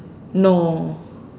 no